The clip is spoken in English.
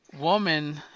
woman